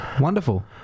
Wonderful